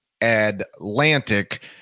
Atlantic